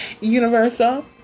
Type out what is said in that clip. universal